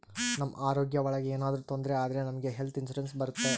ನಮ್ ಆರೋಗ್ಯ ಒಳಗ ಏನಾದ್ರೂ ತೊಂದ್ರೆ ಆದ್ರೆ ನಮ್ಗೆ ಹೆಲ್ತ್ ಇನ್ಸೂರೆನ್ಸ್ ಬರುತ್ತೆ